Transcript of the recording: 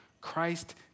Christ